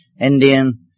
Indian